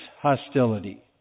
hostility